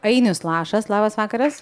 ainius lašas labas vakaras